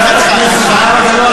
חברת הכנסת זהבה גלאון,